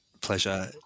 pleasure